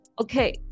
okay